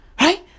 Right